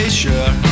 sure